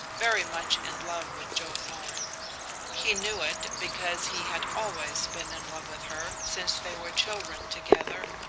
very much in love with joe thorn he knew it, because he had always been in love with her since they were children together,